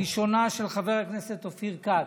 הראשונה, של חבר הכנסת אופיר כץ,